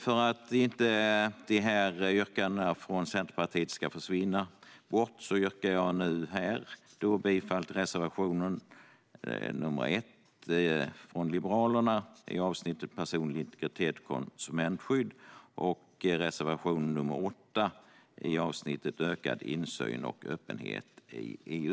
För att inte dessa yrkanden från Centerpartiet ska försvinna yrkar jag nu bifall till Liberalernas reservationer nr 1 om personlig integritet och konsumentskydd och nr 8 om ökad insyn och öppenhet i EU.